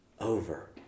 Over